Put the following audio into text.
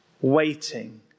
Waiting